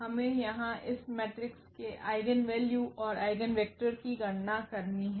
हमें यहां इस मेट्रिक्स के आइगेन वैल्यू और आइगेन वेक्टर की गणना करना है